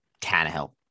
Tannehill